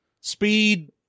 speed